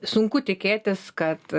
sunku tikėtis kad